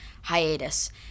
hiatus